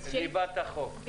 זו ליבת החוק.